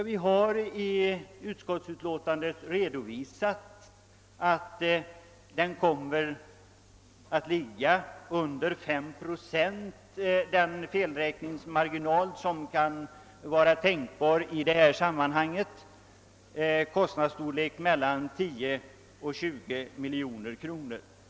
Vi har i utskottsutlåtandet redovisat att den tänkbara = felräkningsmarginalen — är mindre än 5 procent, motsvarande en kostnad på mellan 10 och 20 miljoner kronor.